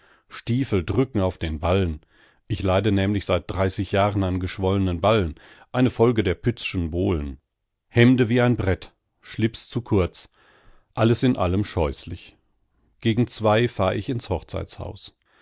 stiefel drücken auf den ballen ich leide nämlich seit dreißig jahren an geschwollenen ballen eine folge der pützschen bowlen hemde wie ein brett schlips zu kurz alles in allem scheußlich gegen zwei fahr ich ins